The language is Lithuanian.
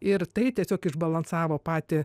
ir tai tiesiog išbalansavo patį